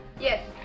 yes